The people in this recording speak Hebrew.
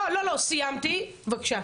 לא, לא, סיימתי, בבקשה.